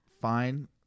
Fine